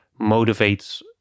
motivates